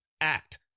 act